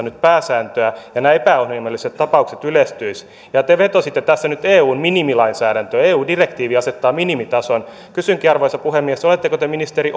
nyt pääsääntöä ja nämä epäinhimilliset tapaukset yleistyisivät te vetositte tässä nyt eun minimilainsäädäntöön eu direktiivi asettaa minimitason kysynkin arvoisa puhemies oletteko te ministeri